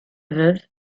veuve